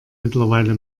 mittlerweile